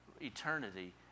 eternity